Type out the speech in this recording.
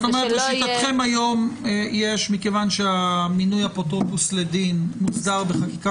לשיטתכם היום מכיוון שמינוי אפוטרופוס לדין מוסדר בחקיקה